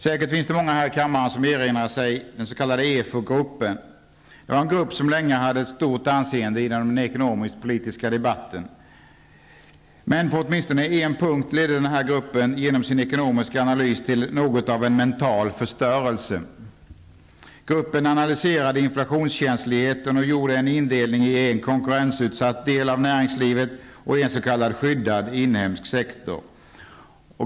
Säkert finns det många här i kammaren som erinrar sig den s.k. EFO-gruppen. Det var en grupp som länge hade ett stort anseende inom den ekonomiskpolitiska debatten. Men på åtminstone en punkt ledde den här gruppen, genom sin ekonomiska analys, till något av en mental förstörelse. Gruppen analyserade inflationskänsligheten och gjorde en indelning i en konkurrensutsatt del av näringslivet och en s.k. skyddad inhemsk sektor.